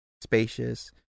spacious